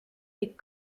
les